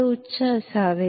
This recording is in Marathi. ते उच्च असावे